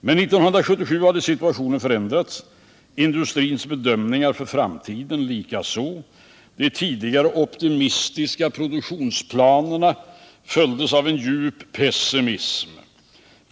Men 1977 hade situationen förändrats, industrins bedömningar för framtiden likaså. De tidigare optimistiska produktionsplanerna följdes av en djup pessimism.